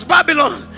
Babylon